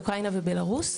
אוקראינה ובלארוס.